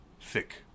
thick